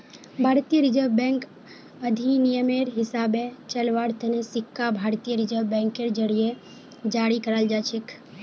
भारतीय Reserve Bank अधिनियमेर हिसाबे चलव्वार तने सिक्का भारतीय रिजर्व बैंकेर जरीए जारी कराल जाछेक